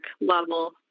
level